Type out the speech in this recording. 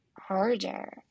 harder